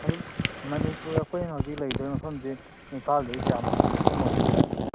ꯑꯗꯨꯝ ꯃꯅꯤꯄꯨꯔ ꯑꯩꯈꯣꯏꯅ ꯍꯧꯖꯤꯛ ꯂꯩꯒꯗꯧꯔꯤ ꯃꯐꯝꯁꯦ ꯏꯝꯐꯥꯜꯗꯩ ꯀꯌꯥꯝ ꯂꯥꯞꯄ ꯃꯐꯝ ꯑꯣꯏꯒꯗꯣꯏꯅꯣ